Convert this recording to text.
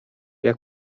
jak